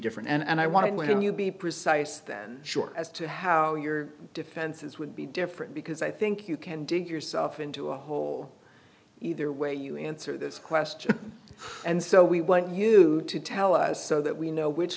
different and i wanted when you'd be precise then short as to how your defenses would be different because i think you can dig yourself into a hole either way you answer this question and so we want you to tell us so that we know which